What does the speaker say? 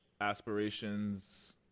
Aspirations